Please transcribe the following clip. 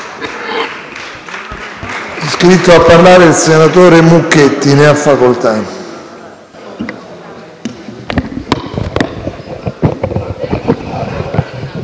iscritto a parlare il senatore Mucchetti. Ne ha facoltà.